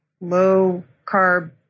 low-carb